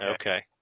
Okay